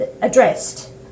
addressed